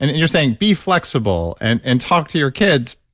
and and you're saying, be flexible and and talk to your kids.